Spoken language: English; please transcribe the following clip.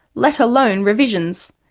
let alone revisions.